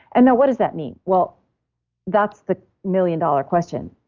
and now, what does that mean? well that's the million-dollar question.